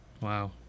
Wow